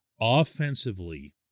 offensively